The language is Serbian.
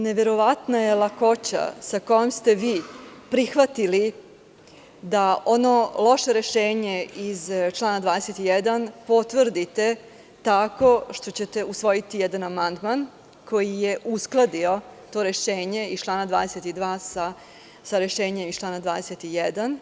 Neverovatna je lakoća sa kojom ste vi prihvatili da ono loše rešenje iz člana 21. potvrdite tako što ćete usvojiti jedan amandman koji je uskladio to rešenje iz člana 22. sa rešenjem iz člana 21.